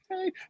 okay